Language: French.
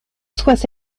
soient